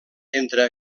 entre